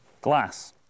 Glass